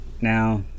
now